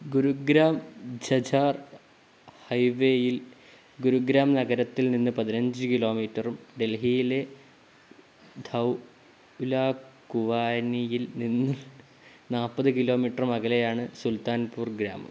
ഗുരുഗ്രാം ഝജ്ജാർ ഹൈവേയിൽ ഗുരുഗ്രാം നഗരത്തിൽ നിന്ന് പതിനഞ്ച് കിലോമീറ്ററും ഡൽഹിയിലെ ധൌലാ കുവാനിയിൽ നിന്ന് നാല്പത് കിലോമീറ്ററും അകലെയാണ് സുൽത്താൻപൂർ ഗ്രാമം